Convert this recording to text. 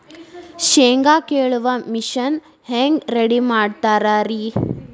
ಶೇಂಗಾ ಕೇಳುವ ಮಿಷನ್ ಹೆಂಗ್ ರೆಡಿ ಮಾಡತಾರ ರಿ?